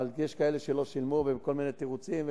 אבל יש כאלה שלא שילמו בכל מיני תירוצים,